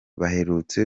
baherutse